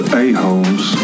a-holes